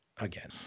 Again